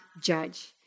judge